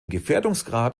gefährdungsgrad